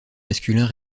masculins